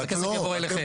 אז הכסף יבוא אליכם.